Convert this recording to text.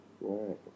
Right